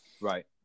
Right